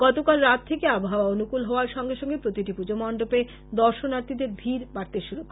গতকাল রাত থেকে আবহাওয়া অনুকুল হওয়ার সঙ্গে সঙ্গে প্রতিটি পূজা মন্ডপে দর্শনাথীদের ভীড় বাড়তে শুরু করে